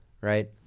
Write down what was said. Right